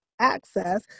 Access